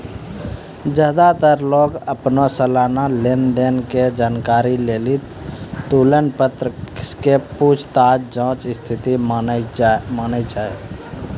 ज्यादातर लोग अपनो सलाना लेन देन के जानकारी लेली तुलन पत्र के पूछताछ जांच स्थिति मानै छै